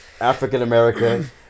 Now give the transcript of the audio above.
African-American